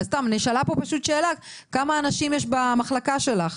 סתם, נשאלה פה פשוט שאלה כמה אנשים יש במחלקה שלך?